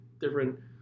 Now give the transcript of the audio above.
different